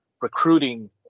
recruiting